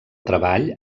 treball